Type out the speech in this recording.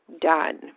done